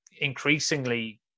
increasingly